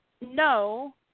No